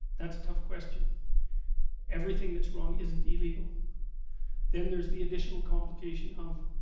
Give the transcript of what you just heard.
that's a tough question everything that's wrong isn't illegal then there's the additional complication of